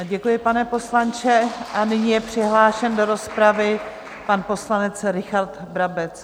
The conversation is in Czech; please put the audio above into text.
Děkuji, pane poslanče, a nyní je přihlášen do rozpravy pan poslanec Richard Brabec.